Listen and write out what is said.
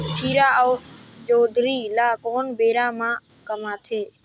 खीरा अउ जोंदरी ल कोन बेरा म कमाथे?